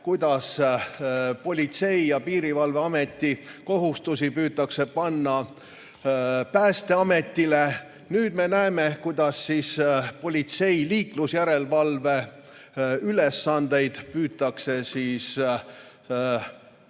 kuidas Politsei- ja Piirivalveameti kohustusi püütakse panna Päästeametile, ja nüüd me näeme, kuidas politsei liiklusjärelevalve ülesandeid püütakse määrida